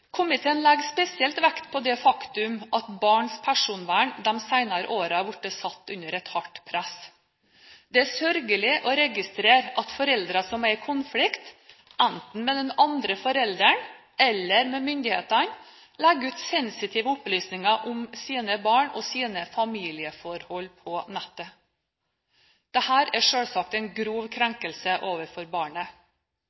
Komiteen legger spesielt vekt på det faktum at barns personvern de senere årene er blitt satt under et hardt press. Det er sørgelig å registrere at foreldre som er i konflikt, enten med den andre forelderen eller med myndighetene, legger ut sensitive opplysninger om sine barn og sine familieforhold på nettet. Dette er selvsagt en grov